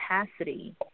capacity